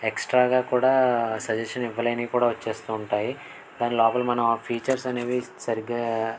ఎక్స్ట్రాగా కూడా సజెషన్ ఇవ్వలేనివి కూడా వచ్చేస్తూ ఉంటాయి దాని లోపల మనం ఆ ఫీచర్స్ అనేవి సరిగ్గా